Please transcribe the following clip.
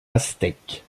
aztèques